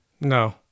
No